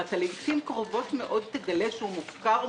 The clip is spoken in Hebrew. כשאתה לעיתים קרובות מאוד תגלה שהוא מופקר,